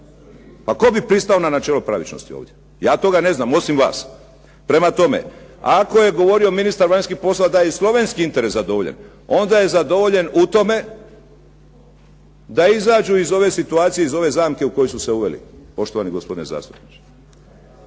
Pa tko bi pristao na načelo pravičnosti ovdje, ja toga ne znam osim vas. Prema tome, ako je govorio ministar vanjskih poslova da je i slovenski interes zadovoljen onda je zadovoljen u tome da izađu iz ove situacije, iz ove zamke u koju su se uveli poštovani gospodine zastupniče.